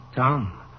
Tom